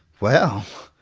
well!